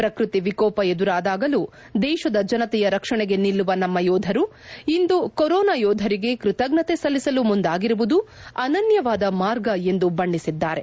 ಪ್ರಕೃತಿ ವಿಕೋಪ ಎದುರಾದಾಗಲೂ ದೇಶದ ಜನತೆಯ ರಕ್ಷಣೆಗೆ ನಿಲ್ಲುವ ನಮ್ಮ ಯೋಧರು ಇಂದು ಕೊರೋನಾ ಯೋಧರಿಗೆ ಕೃತಜ್ಞತೆ ಸಲ್ಲಿಸಲು ಮುಂದಾಗಿರುವುದು ಅನನ್ಯವಾದ ಮಾರ್ಗ ಎಂದು ಬಣ್ಣಿಸಿದ್ದಾರೆ